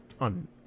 on